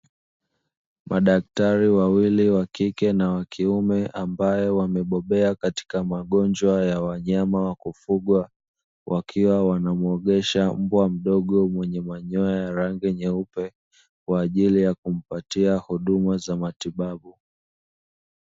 Madaktari wawili wa kike na wa kiume ambao wamebobea katika magonjwa ya wanyama wakufugwa wakiwa wanamuogesha mbwa mdogo mwenye manyoya ya rangi nyeupe, kwa ajili ya kumpatia huduma za matibabu.